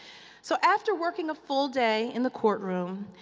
so, after working a full day in the courtroom,